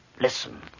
Listen